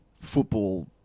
football